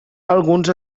alguns